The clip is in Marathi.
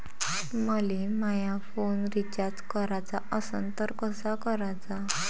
मले माया फोन रिचार्ज कराचा असन तर कसा कराचा?